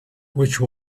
which